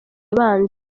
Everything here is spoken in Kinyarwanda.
yabanje